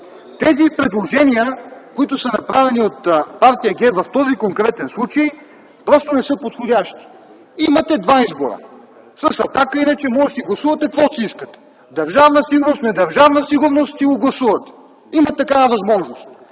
Тези предложения, които са направени от партия ГЕРБ в този конкретен случай, просто не са подходящи. Имате два избора. С „Атака” иначе може да си гласувате каквото си искате – Държавна сигурност, недържавна сигурност и си го гласувате. Има такава възможност.